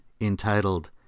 entitled